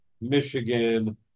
Michigan